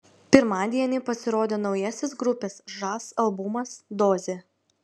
pirmadienį pasirodė naujasis grupės žas albumas dozė